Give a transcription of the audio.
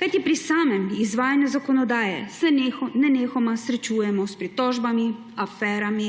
kajti pri samem izvajanju zakonodaje se nenehoma srečujemo s pritožbami, aferami